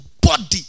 body